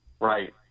Right